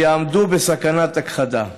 שיעמדו בסכנת הכחדה.